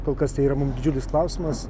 kol kas tai yra mum didžiulis klausimas